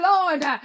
Lord